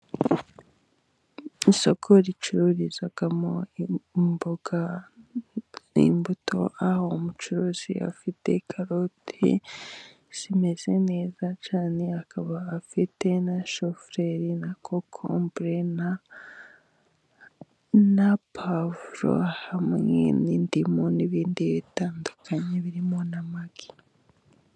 Isoko ricururizwamo imboga n'imbuto, aho umucuruzi afite karoti zimeze neza cyane, akaba afite na shufureri, na kokombure, na pavuro, hamwe n'indimu, n'ibindi bitandukanye birimo na magi.